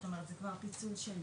זאת אומרת זה כבר פיצול שני.